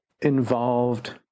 involved